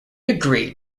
agreed